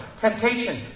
Temptation